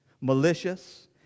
malicious